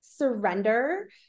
surrender